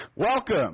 Welcome